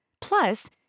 plus